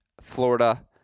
florida